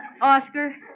Oscar